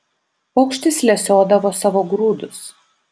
paukštis lesiodavo savo grūdus